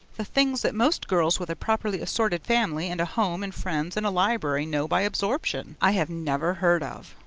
the things that most girls with a properly assorted family and a home and friends and a library know by absorption, i have never heard of.